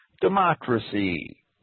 democracy